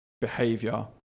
behavior